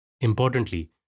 Importantly